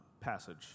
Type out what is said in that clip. passage